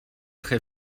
très